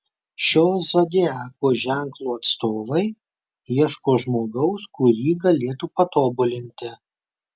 šio zodiako ženklo atstovai ieško žmogaus kurį galėtų patobulinti